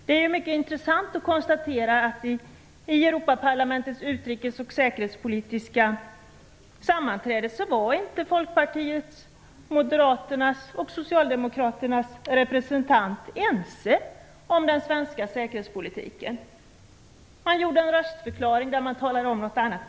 Det är mycket intressant att konstatera att Folkpartiets, Moderaternas och Socialdemokraternas representanter inte var ense om den svenska säkerhetspolitiken vid Europaparlamentets utrikes och säkerhetspolitiska sammanträde. Man gjorde en röstförklaring där man talade om något annat.